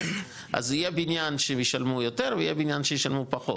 אז יהיה בניין שישלמו יותר ויהיה בניין שישלמו פחות,